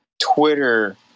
Twitter